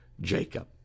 Jacob